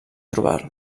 trobar